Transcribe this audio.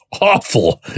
awful